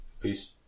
Peace